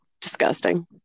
disgusting